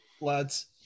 Lads